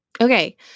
Okay